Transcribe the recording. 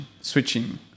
switching